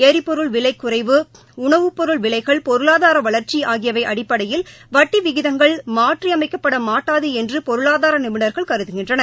ளிபொருள் விலைக் குறைவு உணவுப் பொருள் விலைகள் பொருளாதார வளர்ச்சி ஆகியவை அடிப்படையில் வட்டி விகிதங்கள் மாற்றியமைக்கப்பட மாட்டாது என்று பொருளாதார நிபுணர்கள் கருதுகின்றனர்